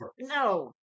No